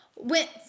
Went